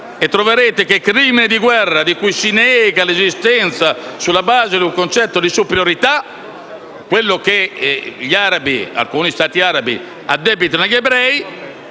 troverete che il crimine di guerra, di cui si nega l'esistenza sulla base di un concetto di superiorità - quello che gli arabi addebitano agli ebrei